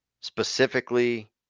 specifically